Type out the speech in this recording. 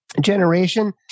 generation